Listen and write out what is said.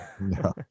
No